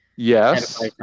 Yes